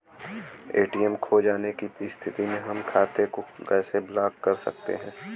ATM खो जाने की स्थिति में हम खाते को कैसे ब्लॉक कर सकते हैं?